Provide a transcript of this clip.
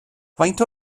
faint